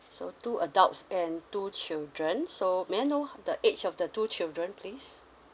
so two adults and two children so may I know the age of the two children please